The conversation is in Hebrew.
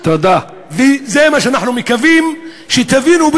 וזה מה שאנחנו מקווים שתבינו,